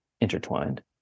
intertwined